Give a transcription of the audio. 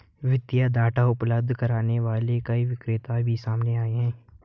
वित्तीय डाटा उपलब्ध करने वाले कई विक्रेता भी सामने आए हैं